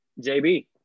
JB